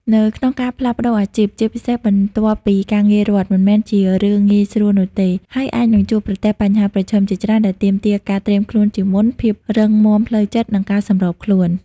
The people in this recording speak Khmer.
នៅក្នុងការផ្លាស់ប្តូរអាជីព ជាពិសេសបន្ទាប់ពីការងាររដ្ឋ មិនមែនជារឿងងាយស្រួលនោះទេ ហើយអាចនឹងជួបប្រទះបញ្ហាប្រឈមជាច្រើនដែលទាមទារការត្រៀមខ្លួនជាមុន ភាពរឹងមាំផ្លូវចិត្ត និងការសម្របខ្លួន។